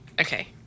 Okay